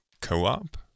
co-op